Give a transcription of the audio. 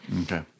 Okay